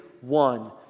one